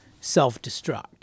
self-destruct